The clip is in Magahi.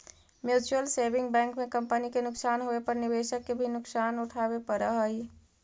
म्यूच्यूअल सेविंग बैंक में कंपनी के नुकसान होवे पर निवेशक के भी नुकसान उठावे पड़ऽ हइ